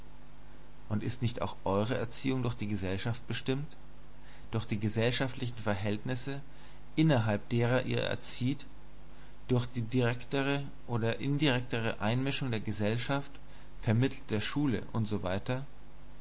und ist nicht auch eure erziehung durch die gesellschaft bestimmt durch die gesellschaftlichen verhältnisse innerhalb derer ihr erzieht durch die direktere oder indirektere einmischung der gesellschaft vermittelst der schule usw